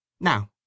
Now